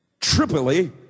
Tripoli